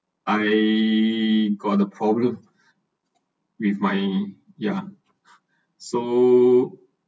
I got a problem with my yeah so